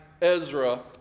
ezra